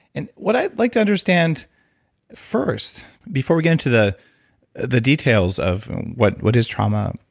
and what i'd like to understand first before we get into the the details of what what is trauma,